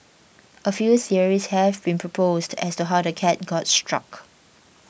a few theories have been proposed as to how the cat got struck